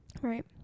Right